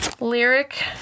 lyric